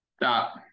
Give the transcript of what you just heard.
stop